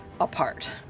apart